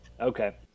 Okay